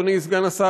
אדוני סגן השר,